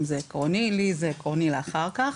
זה עקרוני אבל לי זה עקרוני לאחר כך